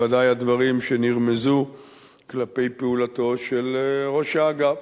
ובוודאי הדברים שנרמזו כלפי פעולתו של ראש האגף.